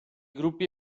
gruppi